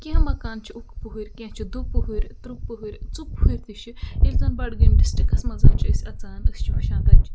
کینٛہہ مکان چھِ اُک پُہٕرۍ کینٛہہ چھِ دُ پُہٕرۍ ترُ پُہٕرۍ ژُ پُہٕرۍ تہِ چھِ ییٚلہِ زَن بَڈگٲمۍ ڈِسٹِرٛکَس منٛز چھِ أسۍ اَژان أسۍ چھِ وٕچھان تَتہِ چھِ